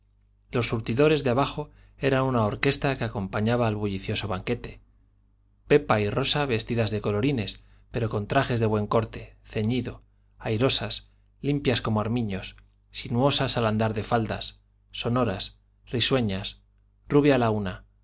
los surtidores de abajo eran una orquesta que acompañaba al bullicioso banquete pepa y rosa vestidas de colorines pero con trajes de buen corte ceñido airosas limpias como armiños sinuosas al andar de faldas sonoras risueñas rubia la una